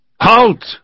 Halt